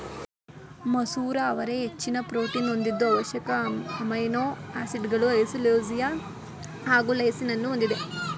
ಮಸೂರ ಅವರೆ ಹೆಚ್ಚಿನ ಪ್ರೋಟೀನ್ ಹೊಂದಿದ್ದು ಅವಶ್ಯಕ ಅಮೈನೋ ಆಸಿಡ್ಗಳು ಐಸೋಲ್ಯೂಸಿನ್ ಹಾಗು ಲೈಸಿನನ್ನೂ ಹೊಂದಿದೆ